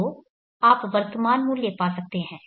तो आप वर्तमान मूल्य पा सकते हैं